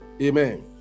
Amen